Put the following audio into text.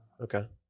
Okay